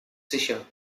sicher